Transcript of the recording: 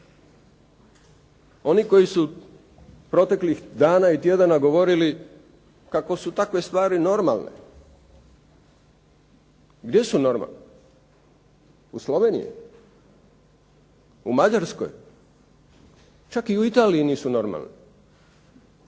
Oni koji su proteklih dana i tjedana govorili kako su takve stvari normalne. Gdje su normalne? U Sloveniji? U Mađarskoj? Čak i u Italiji nisu normalne.